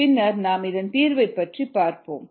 பின்னர் நாம் இதன் தீர்வைப் பற்றி பார்ப்போம்